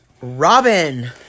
Robin